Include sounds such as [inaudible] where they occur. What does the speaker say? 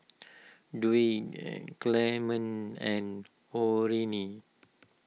[noise] Dwight and Clement and Orene